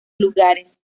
lugares